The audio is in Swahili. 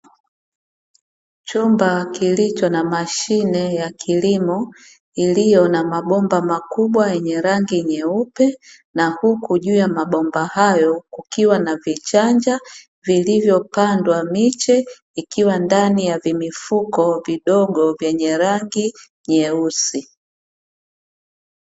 Chumba kilicho na mashine ya kilimo, iliyo na mabomba makubwa, yenye rangi nyeupe na huku juu ya mbomba hayo kukiwa na vichanja vilivyopandwa miche, ikiwa ndani ya vimifuko vidogo vyenye rangi nyeusi.